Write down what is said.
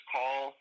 Call